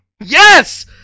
Yes